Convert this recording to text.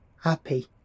happy